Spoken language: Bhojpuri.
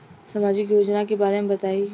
सामाजिक योजना के बारे में बताईं?